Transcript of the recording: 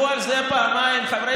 תצביע עם